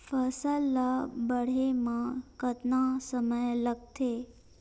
फसल ला बाढ़े मा कतना समय लगथे?